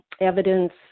evidence